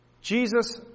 Jesus